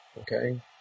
Okay